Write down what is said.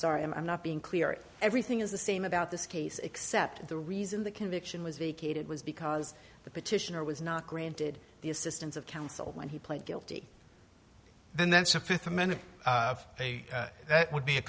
sorry i'm i'm not being clear everything is the same about this case except the reason the conviction was vacated was because the petitioner was not granted the assistance of counsel when he pled guilty then that's a fifth amendment that would be a